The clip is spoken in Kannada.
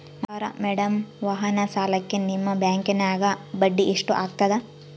ನಮಸ್ಕಾರ ಮೇಡಂ ವಾಹನ ಸಾಲಕ್ಕೆ ನಿಮ್ಮ ಬ್ಯಾಂಕಿನ್ಯಾಗ ಬಡ್ಡಿ ಎಷ್ಟು ಆಗ್ತದ?